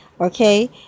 Okay